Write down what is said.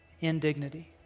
indignity